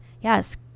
Yes